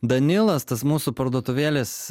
danilas tas mūsų parduotuvėlės